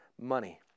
money